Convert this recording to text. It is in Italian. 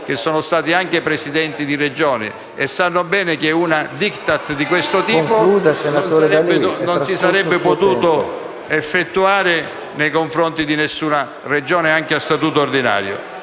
che sono stati anche Presidenti di Regione e sanno bene che un *Diktat* di questo tipo non si sarebbe potuto fare nei confronti di una Regione a statuto ordinario.